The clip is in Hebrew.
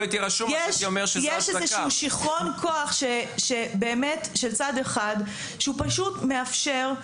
יש איזשהו שכרון כוח שבאמת של צד אחד שהוא פשוט מאפשר,